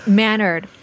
mannered